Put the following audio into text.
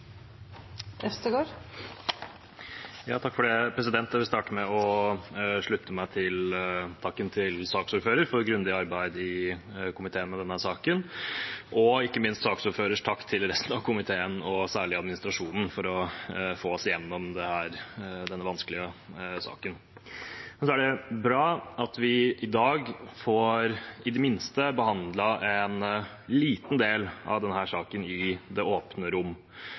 Jeg vil starte med å slutte meg til takken til saksordføreren for grundig arbeid i komiteen med denne saken og ikke minst saksordførerens takk til resten av komiteen og særlig administrasjonen for å få oss gjennom denne vanskelige saken. Det er bra at vi i dag får behandlet i det minste en liten del av denne saken i det åpne rom.